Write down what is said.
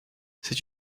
c’est